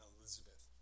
Elizabeth